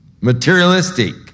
materialistic